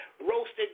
Roasted